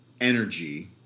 energy